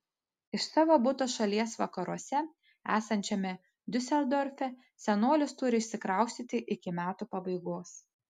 iš savo buto šalies vakaruose esančiame diuseldorfe senolis turi išsikraustyti iki metų pabaigos